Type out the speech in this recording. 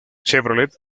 chevrolet